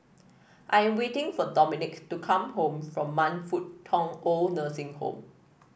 I am waiting for Dominick to come back from Man Fut Tong OId Nursing Home